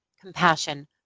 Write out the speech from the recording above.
compassion